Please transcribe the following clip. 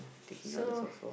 so